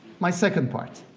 my second part